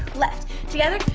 left, together,